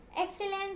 excellence